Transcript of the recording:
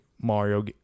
Mario